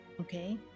okay